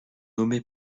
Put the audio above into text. nommés